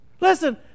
Listen